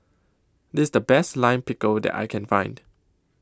This IS The Best Lime Pickle that I Can Find